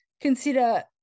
consider